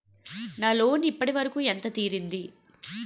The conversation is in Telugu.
నా లోన్ ఇప్పటి వరకూ ఎంత తీరింది?